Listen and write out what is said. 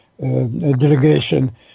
Delegation